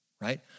Right